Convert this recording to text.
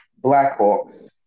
Blackhawks